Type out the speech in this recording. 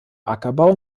ackerbau